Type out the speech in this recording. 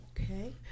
Okay